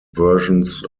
versions